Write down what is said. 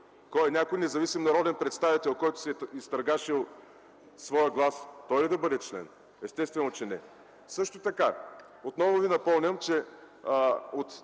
Кой? Някой независим народен представител, който е изтъргашил своя глас? Той ли да бъде член? Естествено, че не! Също така отново ви напомням, че от